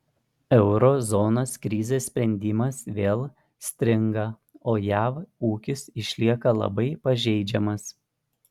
euro zonos krizės sprendimas vėl stringa o jav ūkis išlieka labai pažeidžiamas